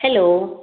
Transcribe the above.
hello